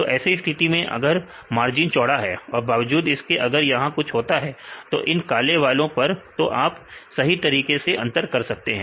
तो ऐसी स्थिति में अगर मार्जिन चौड़ा है और बावजूद इसके अगर यहां कुछ होता है इन काले वालों पर तो आप सही तरीके से अंतर कर सकते हैं